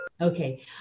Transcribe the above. Okay